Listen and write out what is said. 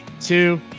two